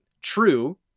true